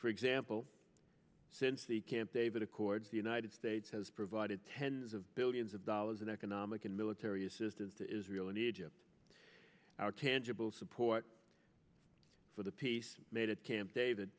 for example since the camp david accords the united states has provided tens of billions of dollars in economic and military assistance to israel and egypt are tangible support for the peace made at camp david